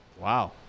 Wow